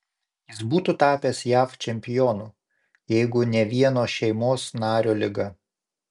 jis būtų tapęs jav čempionu jeigu ne vieno šeimos nario liga